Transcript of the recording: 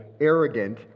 arrogant